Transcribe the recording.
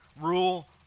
rule